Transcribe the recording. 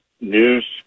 news